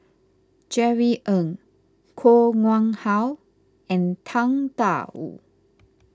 Jerry Ng Koh Nguang How and Tang Da Wu